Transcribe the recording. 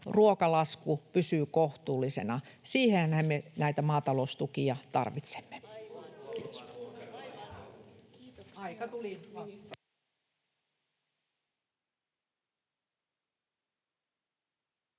ruokalasku pysyy kohtuullisena. Siihenhän me näitä maataloustukia tarvitsemme.